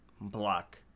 block